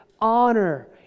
honor